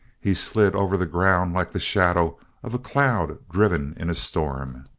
he slid over the ground like the shadow of a cloud driven in a storm.